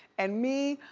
and me,